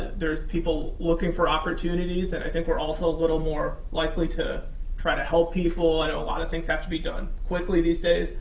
there's people looking for opportunities, and i think we're also a little more likely to try to help people. i know a lot of things have to be done quickly these days,